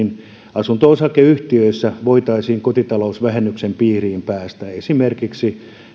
asunto osakeyhtiöissä voitaisiin kotitalousvähennyksen piiriin päästä esimerkiksi